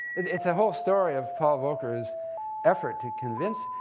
it's a whole story of paul volcker's effort to convince,